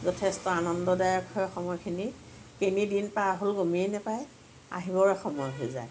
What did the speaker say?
যথেষ্ট আনন্দদায়ক হয় সময়খিনি কেনি দিন পাৰ হ'ল গমেই নাপায় আহিবৰে সময় হৈ যায়